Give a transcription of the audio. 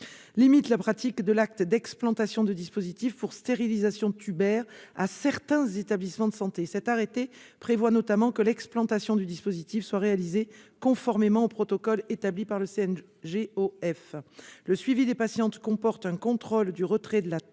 limite la pratique de l'acte d'explantation de dispositifs pour stérilisation tubaire à certains établissements de santé. Il prévoit notamment que l'explantation du dispositif doit être réalisée conformément au protocole établi par le CNGOF. Le suivi des patientes comporte un contrôle du retrait de la